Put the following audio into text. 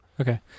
Okay